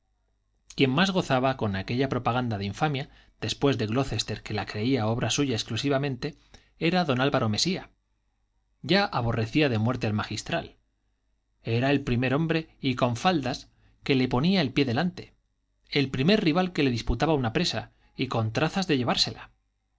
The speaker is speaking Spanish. quien más gozaba con aquella propaganda de infamia después de glocester que la creía obra suya exclusivamente era don álvaro mesía ya aborrecía de muerte al magistral era el primer hombre y con faldas que le ponía el pie delante el primer rival que le disputaba una presa y con trazas de llevársela